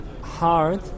hard